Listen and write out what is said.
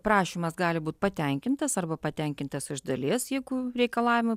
prašymas gali būt patenkintas arba patenkintas iš dalies jeigu reikalavimai